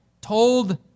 told